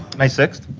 may sixth.